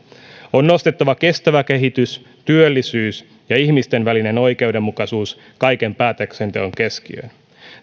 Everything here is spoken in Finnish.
on nostettava kestävä kehitys työllisyys ja ihmisten välinen oikeudenmukaisuus kaiken päätöksenteon keskiöön